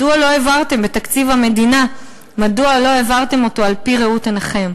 אז מדוע לא העברתם את תקציב המדינה על-פי ראות עיניכם?